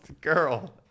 girl